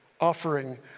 offering